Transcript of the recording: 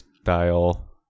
style